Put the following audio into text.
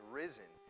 risen